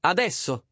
Adesso